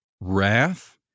wrath